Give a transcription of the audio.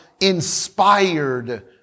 inspired